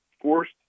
forced